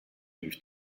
moved